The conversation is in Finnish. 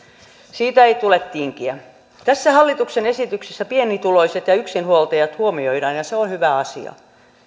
siitä ei tule tinkiä tässä hallituksen esityksessä pienituloiset ja yksinhuoltajat huomioidaan ja ja se on hyvä asia